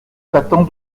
t’attend